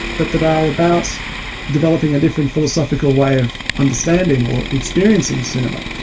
but that are about developing a different philosophical way of understanding or experiencing cinema.